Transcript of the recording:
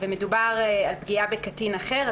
ומדובר על פגיעה בקטין אחר,